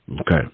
Okay